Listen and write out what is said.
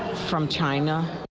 from china.